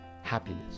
happiness